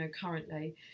currently